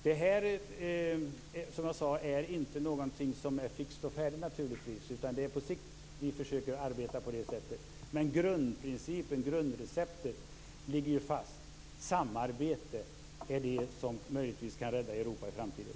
Det är inte något som är fixt och färdigt. Det är på sikt vi försöker arbeta på det sättet. Grundprincipen ligger fast: Samarbete är det som möjligtvis kan rädda Europa i framtiden.